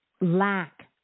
lack